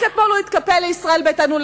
רק אתמול הוא התקפל לישראל ביתנו,